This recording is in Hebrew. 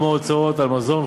כמו הוצאות על מזון,